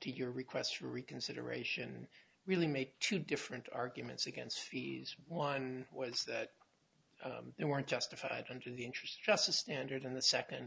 to your request for reconsideration really made two different arguments against fees one was that they weren't justified under the interest just a standard and the second